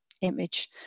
image